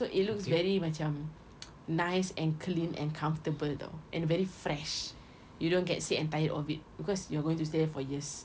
so it looks very macam nice and clean and comfortable [tau] and very fresh you don't get sick and tired of it because you're going to stay there for years